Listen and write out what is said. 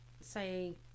say